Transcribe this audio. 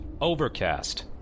Overcast